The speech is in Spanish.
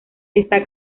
está